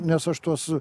nes aš tuos